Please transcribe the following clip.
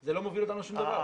זה לא מוביל אותנו לשום דבר.